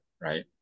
Right